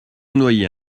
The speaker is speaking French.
noyer